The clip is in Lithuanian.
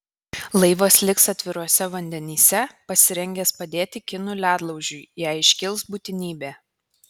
laivas liks atviruose vandenyse pasirengęs padėti kinų ledlaužiui jei iškils būtinybė